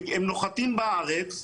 הם נוחתים בארץ,